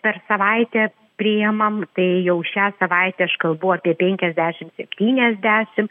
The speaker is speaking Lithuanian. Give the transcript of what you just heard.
per savaitę priimam tai jau šią savaitę aš kalbu apie penkiasdešim septyniasdešim